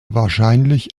wahrscheinlich